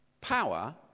power